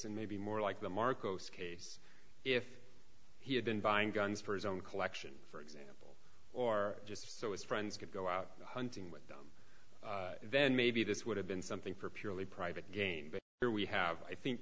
and maybe more like the marcos case if he had been buying guns for his own collection for it or just so his friends could go out hunting with them then maybe this would have been something for purely private gain but here we have i think